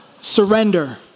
surrender